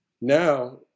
Now